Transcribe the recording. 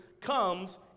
comes